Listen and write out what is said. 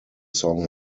song